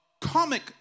comic